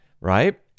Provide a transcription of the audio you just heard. right